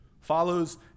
follows